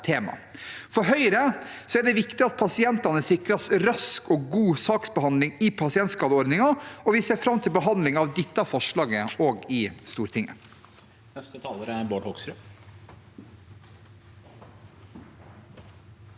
For Høyre er det viktig at pasientene sikres rask og god saksbehandling i pasientskadeordningen, og vi ser fram til behandlingen av dette forslaget i Stortinget.